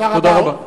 תודה רבה.